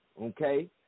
okay